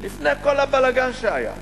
לפני כל הבלגן שהיה,